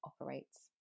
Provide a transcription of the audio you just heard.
operates